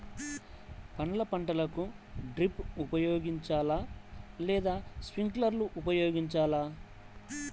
పండ్ల పంటలకు డ్రిప్ ఉపయోగించాలా లేదా స్ప్రింక్లర్ ఉపయోగించాలా?